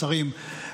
השרים,